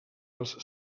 els